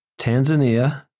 Tanzania